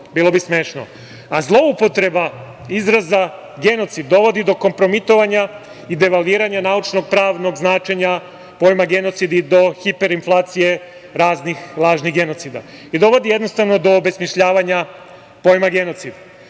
bilo bi smešno. Zloupotreba izraza genocid dovodi do kompromitovanja i devalviranja naučno-pravnog značenja pojma genocid i do hiperinflacije raznih lažnih genocida. Dovodi do obesmišljavanja pojma genocid.